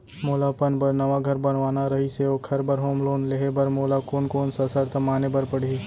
मोला अपन बर नवा घर बनवाना रहिस ओखर बर होम लोन लेहे बर मोला कोन कोन सा शर्त माने बर पड़ही?